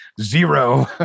zero